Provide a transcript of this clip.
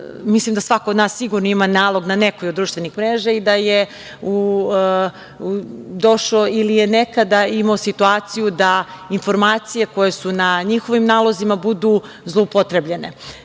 mislim da svako od nas ima nalog na nekoj od društvenih mreža i da je nekada imao situaciju da informacije koje su na njihovim nalozima budu zloupotrebljene.